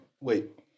wait